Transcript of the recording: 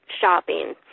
shopping